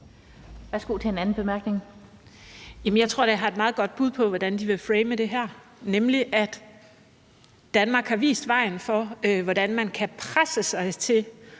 Lorentzen Dehnhardt (SF): Jamen jeg tror, at jeg da har et meget godt bud på, hvordan de vil frame det her, nemlig som at Danmark har vist vejen for, hvordan man kan presse sig til